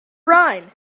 rhyme